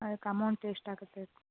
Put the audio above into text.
ಅದಕ್ಕೆ ಅಮೌಂಟ್ ಎಷ್ಟು ಆಗುತ್ತೆ ರಿ